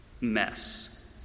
mess